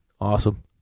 Awesome